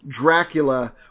dracula